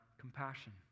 compassion